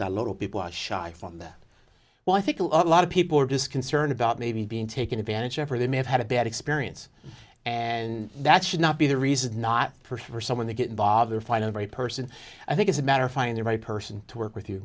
that well i think a lot of people are just concerned about maybe being taken advantage of or they may have had a bad experience and that should not be the reason not for someone to get involved or find a very person i think it's a matter of finding the right person to work with you